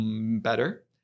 better